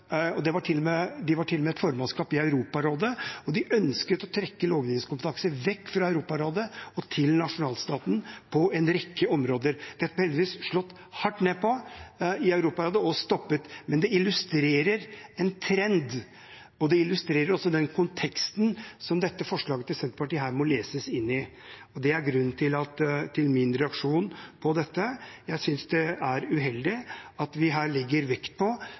og det var til og med et formannskap i Europarådet. De ønsket å trekke lovgivningskompetanse vekk fra Europarådet til nasjonalstaten på en rekke områder. Det ble heldigvis slått hardt ned på i Europarådet – og stoppet – men det illustrerer en trend. Det illustrerer også den konteksten som forslaget til Senterpartiet må leses inn i. Det er grunnen til min reaksjon på dette. Jeg synes det er uheldig at vi her legger vekt på